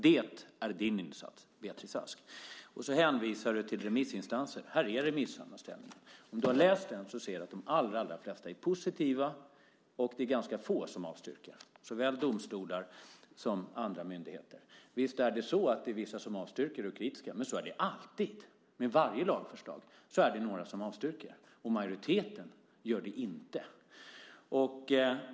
Det är din insats, Beatrice Ask. Och så hänvisar du till remissinstanser! Här är remissammanställningen. Om du har läst den vet du att de allra flesta är positiva och att det är ganska få som avstyrker, såväl bland domstolar som bland andra myndigheter. Visst är det så att vissa avstyrker och är kritiska, men så är det ju alltid! Varje lagförslag är det några som avstyrker. Men majoriteten gör det inte.